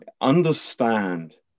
understand